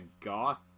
Goth